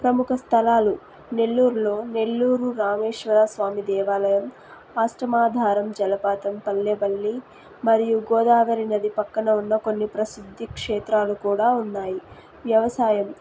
ప్రముఖ స్థలాలు నెల్లూర్లో నెల్లూరు రామేశ్వర స్వామి దేవాలయం అష్టమాధారం జలపాతం పల్లెపల్లి మరియు గోదావరి నది పక్కన ఉన్న కొన్ని ప్రసిద్ధి క్షేత్రాలు కూడా ఉన్నాయి వ్యవసాయం